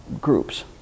groups